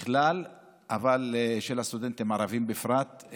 בכלל ושל הסטודנטים הערבים בפרט.